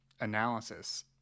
analysis